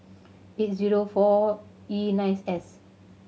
eight zero four E nines S